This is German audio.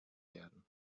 werden